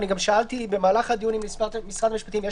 גם שאלתי במהלך הדיון עם משרד המשפטים אם